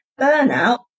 Burnout